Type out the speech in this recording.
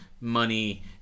money